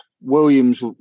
williams